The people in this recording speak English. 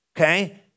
okay